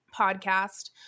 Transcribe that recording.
podcast